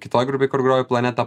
kitoj grupėj kur groju planeta